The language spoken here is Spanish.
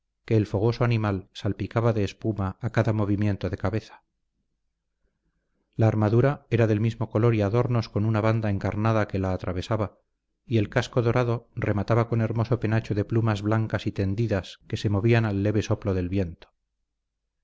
que el fogoso animal salpicaba de espuma a cada movimiento de cabeza la armadura era del mismo color y adornos con una banda encarnada que la atravesaba y el casco dorado remataba con hermoso penacho de plumas bancas y tendidas que se movían al leve soplo del viento